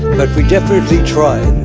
but we definitely tried!